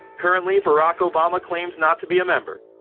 currently barack obama claims not to be a member,